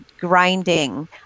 grinding